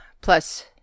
plus